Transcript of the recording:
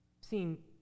seen